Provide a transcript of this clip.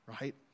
right